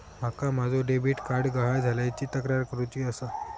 माका माझो debit card गहाळ झाल्याची तक्रार करुची आसा